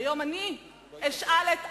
והיום אני אשאל את אדוני: